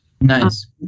Nice